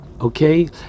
Okay